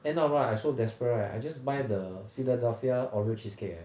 end up right I so desperate right I just buy the philadelphia oreo cheesecake eh